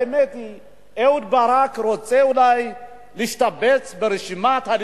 האמת היא שאהוד ברק רוצה אולי להשתבץ ברשימת הליכוד,